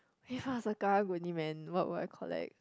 ya if I was a Karang-Guni man what would I collect